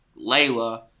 Layla